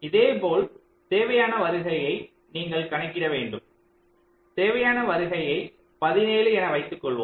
இதேபோல் தேவையான வருகையை நீங்கள் கணக்கிட வேண்டும் தேவையான வருகையை 17 என வைத்துக்கொள்வோம்